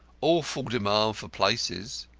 awful demand for places.